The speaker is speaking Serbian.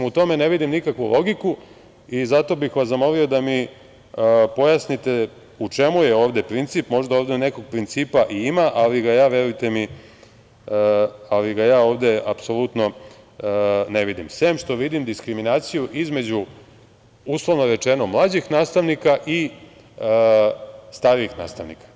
U tome ne vidim nikakvu logiku i zato bih vas zamolio da mi pojasnite u čemu je ovde princip možda ove nekog principa i ima, ali ga ja, verujte mi, ovde apsolutno ne vidim, sem što vidim diskriminaciju između uslovno rečeno mlađih nastavnika i starijih nastavnika.